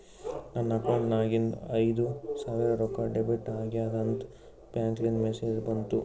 ನನ್ ಅಕೌಂಟ್ ನಾಗಿಂದು ಐಯ್ದ ಸಾವಿರ್ ರೊಕ್ಕಾ ಡೆಬಿಟ್ ಆಗ್ಯಾದ್ ಅಂತ್ ಬ್ಯಾಂಕ್ಲಿಂದ್ ಮೆಸೇಜ್ ಬಂತು